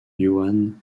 johan